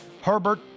Herbert